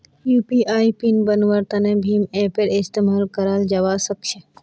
UPI PIN बन्वार तने भीम ऐपेर इस्तेमाल कराल जावा सक्छे